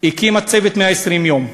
הקימה את "צוות 120 הימים"